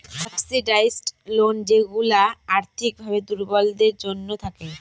subsidised loan যেইগুলা আর্থিক ভাবে দুর্বলদের জন্য থাকে